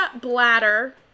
Bladder